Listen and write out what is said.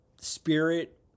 spirit